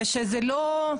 ושזה לא,